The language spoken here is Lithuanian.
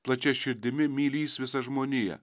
plačia širdimi mylįs visą žmoniją